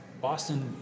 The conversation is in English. Boston